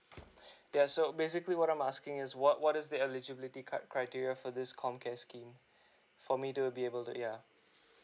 yeah so basically what I'm asking is what what is the eligibility cri~ criteria for this com care scheme for me to be able to yeah